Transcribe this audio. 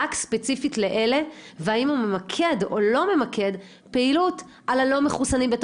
רק ספציפית לאלה והאם הוא ממקד או לא ממקד פעילות על הלא מחוסנים